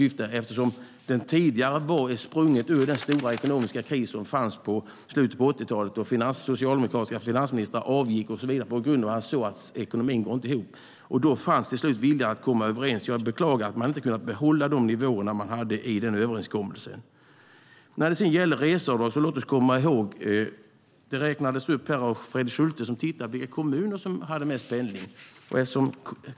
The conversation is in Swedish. Den tidigare utredningen var sprungen ur den stora ekonomiska kris som fanns i slutet på 80-talet då socialdemokratiska finansministrar avgick och ekonomin inte gick ihop. Då fanns till slut viljan att komma överens. Jag beklagar att man inte har kunnat behålla de nivåer som fanns i den överenskommelsen. När det gäller reseavdrag: Fredrik Schulte hade tittat på vilka kommuner som hade mest pendling.